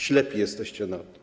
Ślepi jesteście na to.